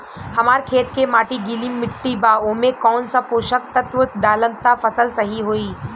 हमार खेत के माटी गीली मिट्टी बा ओमे कौन सा पोशक तत्व डालम त फसल सही होई?